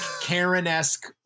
Karen-esque